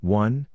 one